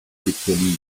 spécialisés